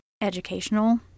educational